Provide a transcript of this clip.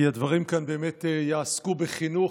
כי הדברים באמת יעסקו בחינוך.